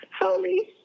holy